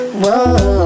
whoa